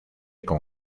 con